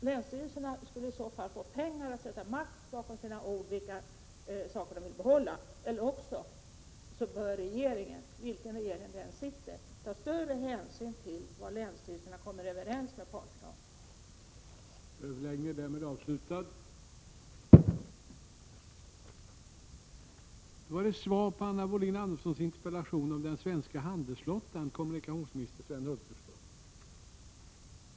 Länsstyrelserna skulle då ha haft pengar för att sätta makt bakom sina ord när det gäller att avgöra vad man vill behålla, eller också bör sittande regering — vilken det nu än är — ta större hänsyn till vad länsstyrelserna kommer överens med parterna om.